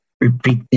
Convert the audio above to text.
repeat